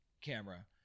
camera